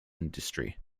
industry